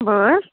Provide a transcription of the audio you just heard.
बरं